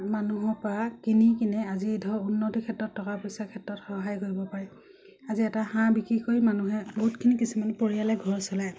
মানুহৰ পৰা কিনি কিনে আজি ধৰক উন্নতিৰ ক্ষেত্ৰত টকা পইচাৰ ক্ষেত্ৰত সহায় কৰিব পাৰি আজি এটা হাঁহ বিক্ৰী কৰি মানুহে বহুতখিনি কিছুমান পৰিয়ালে ঘৰ চলায়